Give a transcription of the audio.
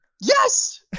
Yes